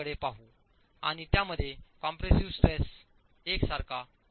कडे पाहू आणि त्या मध्ये कॉम्प्रेसिव्ह स्ट्रेस एकसारखा असेल